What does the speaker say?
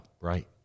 right